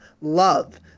love